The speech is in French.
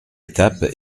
étape